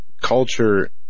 culture